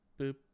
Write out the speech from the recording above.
boop